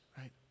right